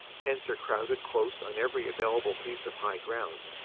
tents are crowded close on every available piece of high ground,